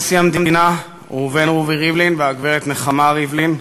כבוד נשיא המדינה ראובן רובי ריבלין והגברת נחמה ריבלין,